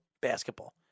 basketball